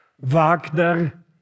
Wagner